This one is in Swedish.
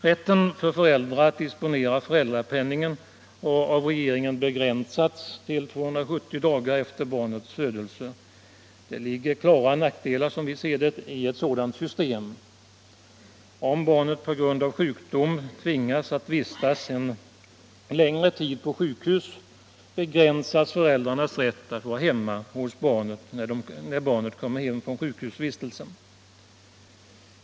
Rätten för föräldrar att disponera föräldrapenningen har av regeringen begränsats till 270 dagar efter barnets födelse. Det ligger enligt vår mening klara nackdelar i ett sådant system. Om barnet på grund av sjukdom tvingas att vistas en längre tid på sjukhus, inkräktar detta på föräldrarnas rätt att vara hemma hos barnet när det kommer hem från sjukhusvistelsen.